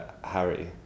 Harry